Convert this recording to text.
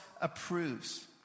approves